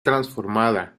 transformada